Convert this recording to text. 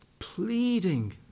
pleading